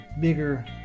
bigger